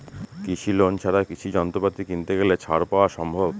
কৃষি লোন ছাড়া কৃষি যন্ত্রপাতি কিনতে গেলে ছাড় পাওয়া সম্ভব?